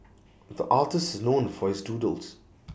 the artist is known for his doodles